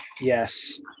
Yes